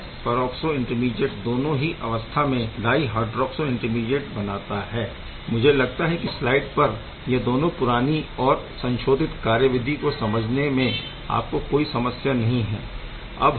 यह peroxo intermediate दोनों ही अवस्था में डाय हाइड्रोक्सो इंटरमीडीएट बनाता है मुझे लगता है कि स्लाइड पर यह दोनों पुरानी और संशोधित कार्यविधि को समझने में आपको कोई समस्या नहीं है